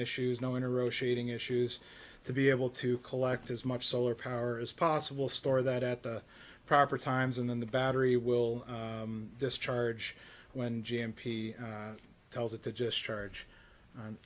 issues no in a row shading issues to be able to collect as much solar power as possible store that at the proper times and then the battery will discharge when j m p tells it to just charge